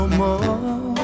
more